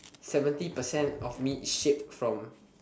seventy percent of me is shaped from